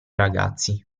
ragazzi